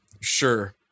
Sure